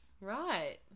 Right